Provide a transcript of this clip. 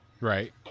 Right